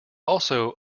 also